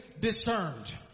discerned